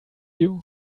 you